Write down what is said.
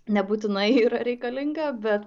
nebūtinai yra reikalinga bet